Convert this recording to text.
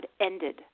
ended